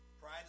pride